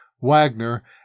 Wagner